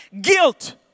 Guilt